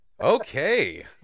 Okay